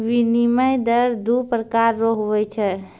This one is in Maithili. विनिमय दर दू प्रकार रो हुवै छै